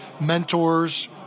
mentors